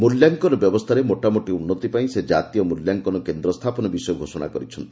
ମୂଲ୍ୟାଙ୍କନ ବ୍ୟବସ୍ଥାରେ ମୋଟାମୋଟି ଉନ୍ନତି ପାଇଁ ସେ ଜାତୀୟ ମୂଲ୍ୟାଙ୍କନ କେନ୍ଦ୍ର ସ୍ଥାପନ ବିଷୟ ଘୋଷଣା କରିଛନ୍ତି